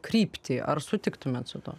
kryptį ar sutiktumėt su tuo